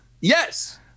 Yes